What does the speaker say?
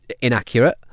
inaccurate